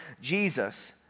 Jesus